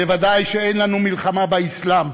ודאי שאין לנו מלחמה באסלאם.